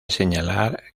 señalar